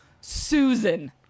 Susan